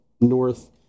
north